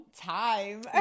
time